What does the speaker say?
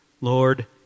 Lord